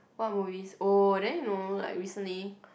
what movies oh then you know like recently